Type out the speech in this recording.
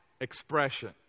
expression